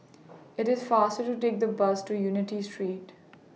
IT IS faster to Take The Bus to Unity Street